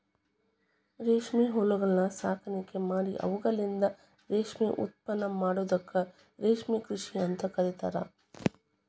ರೇಷ್ಮೆ ಹುಳಗಳ ಸಾಕಾಣಿಕೆ ಮಾಡಿ ಅವುಗಳಿಂದ ರೇಷ್ಮೆ ಉತ್ಪನ್ನ ಪಡೆಯೋದಕ್ಕ ರೇಷ್ಮೆ ಕೃಷಿ ಅಂತ ಕರೇತಾರ